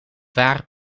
waar